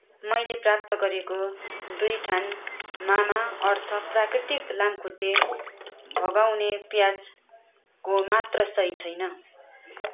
मैले प्राप्त गरेको दुई थान मामाअर्थ प्राकृतिक लाम्खुट्टे भगाउने प्याज को मात्रा सही छैन